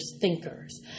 thinkers